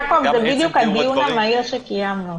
יעקב, זה בדיוק הדיון המהיר שקיימנו.